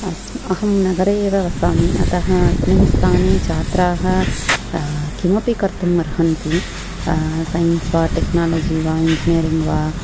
अहं नगरे एव वसामि अत अस्मिन् स्थाने छात्रा किमपि कर्तुम् अर्हन्ति सैन्स् वा टेक्नालजि वा इञ्जिनियरिङ्ग् वा